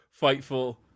fightful